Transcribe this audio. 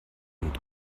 und